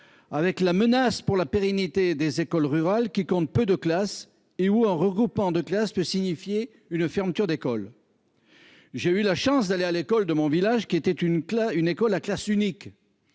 serait menacée- ces écoles comptant peu de classes, un regroupement de classes peut signifier une fermeture d'école. J'ai eu la chance d'aller à l'école de mon village, qui était une école à classe unique.